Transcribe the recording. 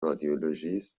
رادیولوژیست